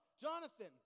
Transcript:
Jonathan